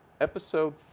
Episode